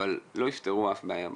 אבל לא יפתרו אף בעיה בשטח.